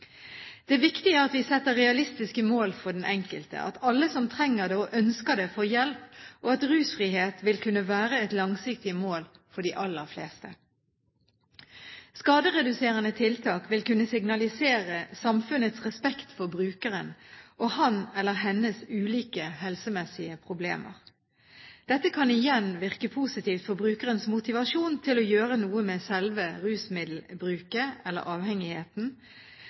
Det viktige er at vi setter realistiske mål for den enkelte, at alle som trenger det og ønsker det, får hjelp, og at rusfrihet vil kunne være et langsiktig mål for de aller fleste. Skadereduserende tiltak vil kunne signalisere samfunnets respekt for brukeren og hans eller hennes ulike helsemessige problemer. Dette kan igjen virke positivt for brukerens motivasjon til å gjøre noe med selve rusmiddelbruket eller avhengigheten.